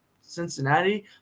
Cincinnati